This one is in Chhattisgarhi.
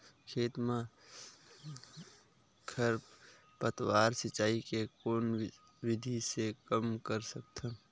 खेत म खरपतवार सिंचाई के कोन विधि से कम कर सकथन?